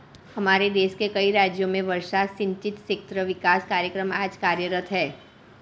हमारे देश के कई राज्यों में वर्षा सिंचित क्षेत्र विकास कार्यक्रम आज कार्यरत है